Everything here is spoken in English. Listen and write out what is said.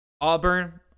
Auburn